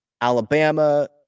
Alabama